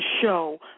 show